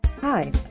Hi